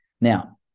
now